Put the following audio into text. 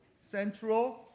central